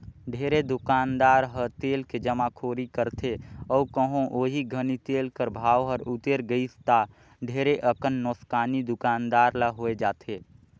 ढेरे दुकानदार ह तेल के जमाखोरी करथे अउ कहों ओही घनी तेल कर भाव हर उतेर गइस ता ढेरे अकन नोसकानी दुकानदार ल होए जाथे